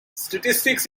statistics